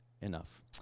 enough